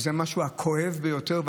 וזה המשהו הכואב ביותר,